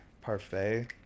parfait